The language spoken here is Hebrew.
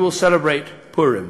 אשר לזיכרון העבר,